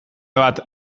bat